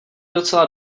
docela